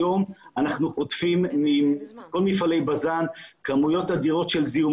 היום אנחנו אוספים מכל מפעלי בז"ן כמויות אדירות של זיהום